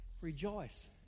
Rejoice